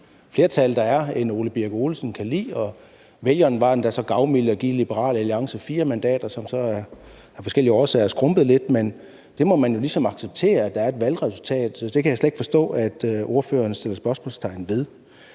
flertal, der er, end hr. Ole Birk Olesen kan lide, og vælgerne var endda så gavmilde at give Liberal Allicance 4 mandater, hvilket så af forskellige årsager er skrumpet lidt i antal. Men man må jo ligesom acceptere, at der er et valgresultat. Det kan jeg slet ikke forstå at ordføreren sætter spørgsmålstegn ved.